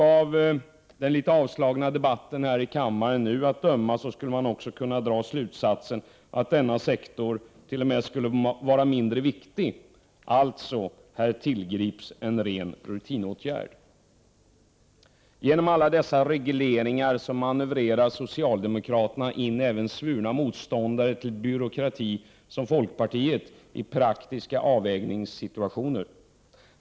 Av den avslagna debatten i kammaren att döma skulle man kunna dra slutsatsen att denna sektor skulle kunna vara mindre viktig, dvs. här tillgrips en ren rutinåtgärd. Genom alla dessa regleringar manövrerar socialdemokraterna i praktiska avvägningssituationer även svurna motståndare som folkpartiet till byråkrati.